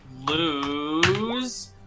lose